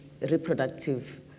reproductive